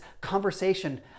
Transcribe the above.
conversation